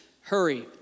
hurry